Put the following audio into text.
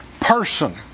person